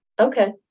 Okay